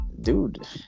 dude